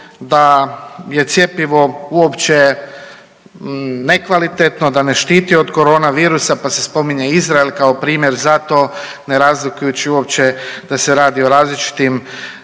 da je cjepivo uopće nekvalitetno, da ne štiti od korona virusa pa se spominje Izrael kao primjer za to ne razlikujući uopće da se radi o različitim